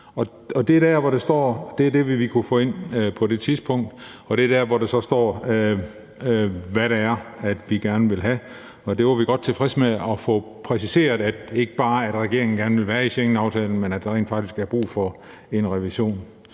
det er der, hvor der så står, hvad det er, vi gerne vil have. Vi var godt tilfreds med at få præciseret, at regeringen ikke bare gerne ville være i Schengenaftalen, men at der rent faktisk er brug for en revision.